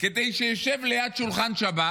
כדי שישב ליד שולחן שבת